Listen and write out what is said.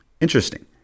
interesting